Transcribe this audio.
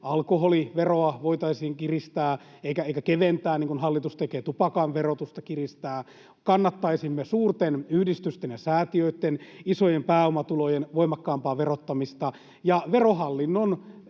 alkoholiveroa voitaisiin kiristää eikä keventää, niin kuin hallitus tekee, tupakan verotusta kiristää. Kannattaisimme suurten yhdistysten ja säätiöitten isojen pääomatulojen voimakkaampaa verottamista, ja Verohallinnon